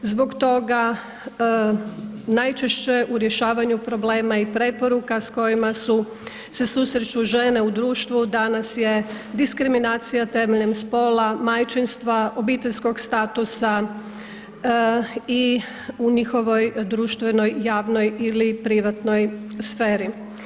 Zbog toga najčešće u rješavanju problema i preporuka s kojima su, se susreću žene u društvu, danas je diskriminacija temeljem spola, majčinstva, obiteljskog statusa i u njihovoj društvenoj, javnoj ili privatnoj sferi.